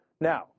Now